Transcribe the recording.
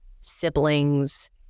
siblings